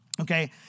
Okay